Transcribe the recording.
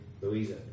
Louisa